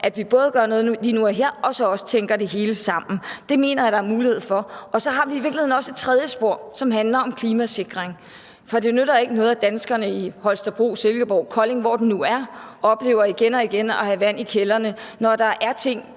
at vi både gør noget lige nu og her og også tænker det hele sammen. Det mener jeg at der er mulighed for. Så har vi i virkeligheden også et tredje spor, som handler om klimasikring, for det nytter ikke noget, at danskerne i Holstebro, Silkeborg, Kolding, eller hvor det nu er, igen og igen oplever at have vand i kældrene, når der er ting,